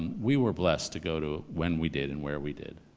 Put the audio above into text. and we were blessed to go to when we did and where we did.